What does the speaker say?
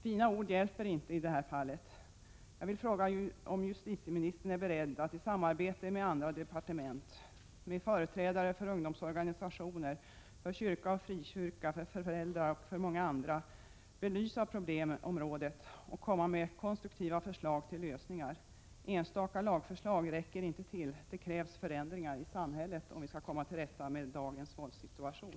Fina ord hjälper inte i det här fallet. Jag vill fråga om justitieministern är beredd att samarbeta med andra departement, med företrädare för ungdomsorganisationer, med kyrka och frikyrka, föräldrar och många andra för att belysa problemområdet och komma med konstruktiva förslag till lösningar. Enstaka lagförslag räcker inte. Det krävs förändringar i samhället om vi skall komma till rätta med dagens våldssituation.